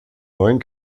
neuen